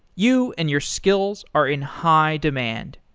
you and your skills are in high demand.